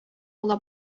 ала